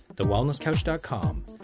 thewellnesscouch.com